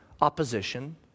opposition